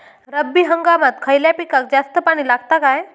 रब्बी हंगामात खयल्या पिकाक जास्त पाणी लागता काय?